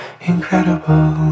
incredible